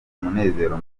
umunezero